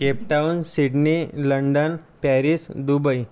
Cape Town Sydney London Paris Dubai